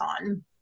on